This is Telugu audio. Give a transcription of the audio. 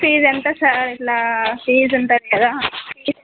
ఫీజు ఎంత సార్ అసల ఫీజు ఉంటుంది కదా ఫీజు ఎంత అవుతుంది